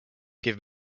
give